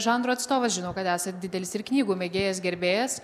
žanro atstovas žinau kad esat didelis ir knygų mėgėjas gerbėjas